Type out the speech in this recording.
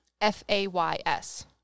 F-A-Y-S